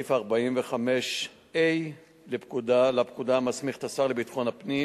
וסעיף 45(ה) לפקודה מסמיך את השר לביטחון הפנים